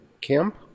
camp